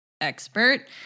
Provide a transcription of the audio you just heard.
expert